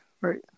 right